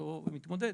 אותו מתמודד,